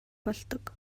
болдог